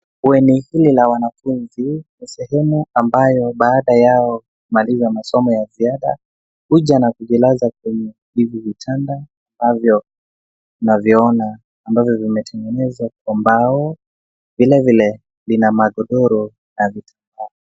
Bweni hili la wanafunzi ni sehemu ambayo baada yao kumaliza masomo ya ziada huja na kujilaza kwenye hivi vitanda ambavyo tunaviona ambayo vimetengenezwa na mbao, vilevile vina magodoro na vito vyao.